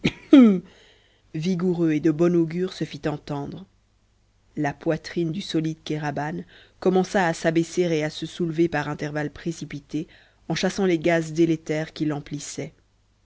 vigoureux et de bon augure se fit entendre la poitrine du solide kéraban commença à s'abaisser et à se soulever par intervalles précipités en chassant les gaz délétères qui l'emplissaient